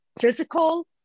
physical